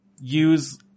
use